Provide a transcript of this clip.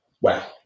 Wow